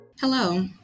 Hello